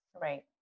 Right